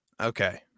Okay